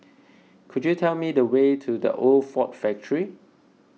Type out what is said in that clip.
could you tell me the way to the Old Ford Factor